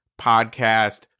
podcast